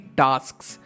tasks